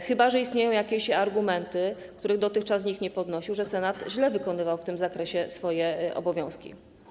Chyba że istnieją jakieś argumenty, których dotychczas nikt nie podnosił, że Senat źle wykonywał w tym zakresie swoje obowiązki.